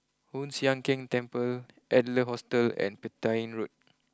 Hoon Sian Keng Temple Adler Hostel and Petain Road